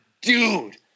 dude